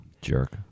Jerk